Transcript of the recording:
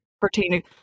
pertaining